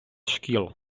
шкіл